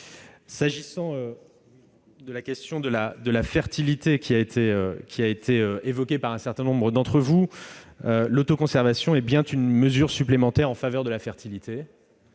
S'agissant de la question de la fertilité, qui a été évoquée par un certain nombre d'entre vous, l'autoconservation est bien une mesure supplémentaire en faveur de la fertilité.